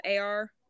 AR